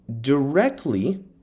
directly